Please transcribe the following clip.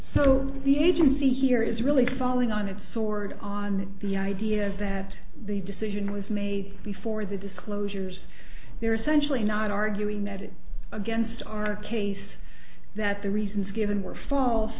so the agency here is really falling on its sword on the ideas that the decision was made before the disclosures there essentially not arguing that it against our case that the reasons given were false